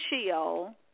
Sheol